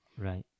Right